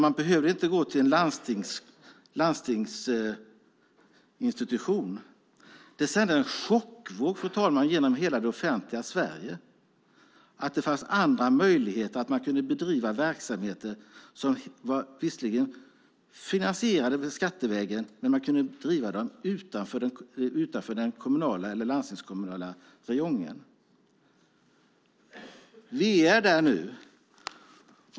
Man behövde inte gå till en landstingsinstitution. Det sände en chockvåg genom hela det offentliga Sverige att det fanns andra möjligheter att bedriva sådan verksamhet. Verksamheten var visserligen skattefinansierad, men man kunde driva den utanför den kommunala eller den landstingskommunala räjongen. Vi är där nu.